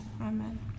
Amen